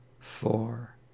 four